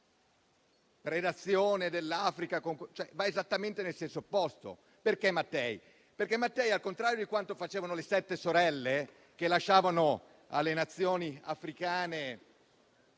di predazione dell'Africa, va esattamente in senso opposto. Perché Mattei? Perché, al contrario di quanto facevano le Sette sorelle, che lasciavano alle Nazioni africane